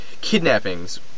kidnappings